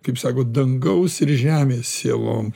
kaip sako dangaus ir žemės sielom